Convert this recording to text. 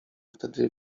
wtedy